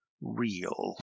real